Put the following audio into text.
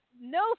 no